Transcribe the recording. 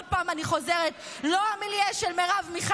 עוד פעם אני חוזרת: לא המילייה של מרב מיכאלי,